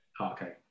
Okay